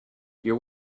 your